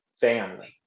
family